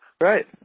Right